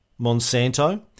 Monsanto